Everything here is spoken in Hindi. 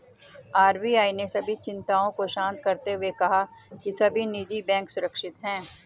आर.बी.आई ने सभी चिंताओं को शांत करते हुए कहा है कि सभी निजी बैंक सुरक्षित हैं